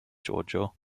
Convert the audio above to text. georgia